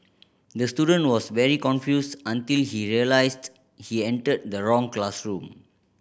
the student was very confused until he realised he entered the wrong classroom